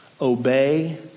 Obey